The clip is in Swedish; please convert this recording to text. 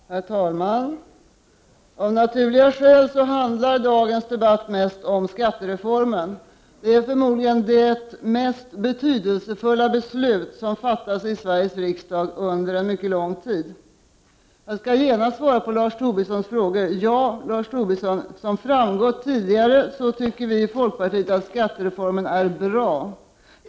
Herr talman! Av naturliga skäl handlar dagens debatt mest om skattereformen. Det är förmodligen det mest betydelsefulla beslut som fattas i Sveriges riksdag under en mycket lång tid. Jag skall genast svara på Lars Tobissons fråga: Ja, Lars Tobisson, som framgått tidigare tycker vi i folkpartiet att skattereformen är bra.